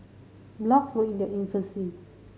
blogs were in their infancy